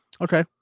Okay